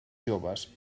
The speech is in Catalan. joves